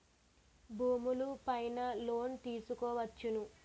భూములు పైన లోన్ తీసుకోవచ్చును